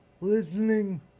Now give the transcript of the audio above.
listening